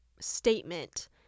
statement